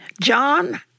John